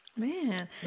Man